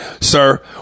sir